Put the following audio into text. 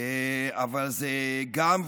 אבל זה גם,